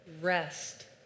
rest